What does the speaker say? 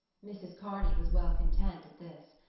mrs. kearney was well content at this.